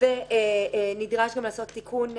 --- ונדרש שם לעשות תיקון.